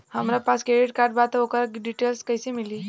हमरा पास credit card बा त ओकर डिटेल्स कइसे मिली?